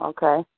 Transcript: Okay